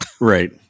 Right